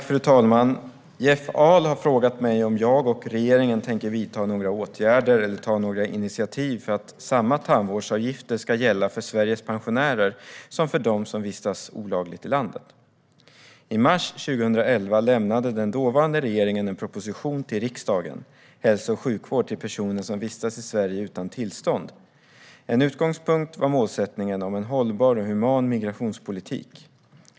Fru talman! Jeff Ahl har frågat mig om jag och regeringen tänker vidta några åtgärder eller ta något initiativ för att samma tandvårdsavgifter ska gälla för Sveriges pensionärer som för dem som vistas olagligt i landet. I mars 2011 lämnade den dåvarande regeringen en proposition till riksdagen, Hälso och sjukvård till personer som vistas i Sverige utan tillstånd . En utgångspunkt var målsättningen om en hållbar och human migrationspolitik.